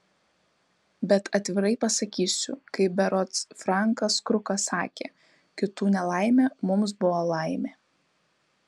bet atvirai pasakysiu kaip berods frankas krukas sakė kitų nelaimė mums buvo laimė